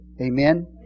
Amen